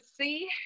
see